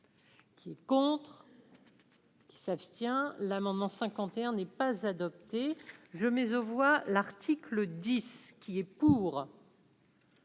Qui est contre. Qui s'abstient l'amendement 51 n'est pas adopté, je mais aux voix, l'article 10 qui est court.